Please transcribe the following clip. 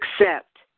accept